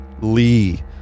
Lee